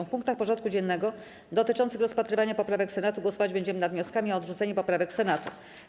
W punktach porządku dziennego dotyczących rozpatrywania poprawek Senatu głosować będziemy nad wnioskami o odrzucenie poprawek Senatu.